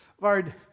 Lord